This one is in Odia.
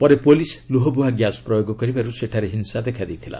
ପରେ ପୋଲିସ୍ ଲୁହବୁହା ଗ୍ୟାସ୍ ପ୍ରୟୋଗ କରିବାରୁ ସେଠାରେ ହିଂସା ଦେଖାଦେଇଥିଲା